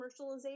commercialization